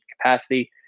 capacity